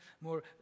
more